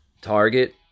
Target